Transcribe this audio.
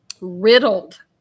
riddled